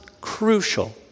crucial